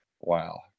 Wow